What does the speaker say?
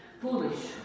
foolish